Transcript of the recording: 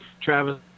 Travis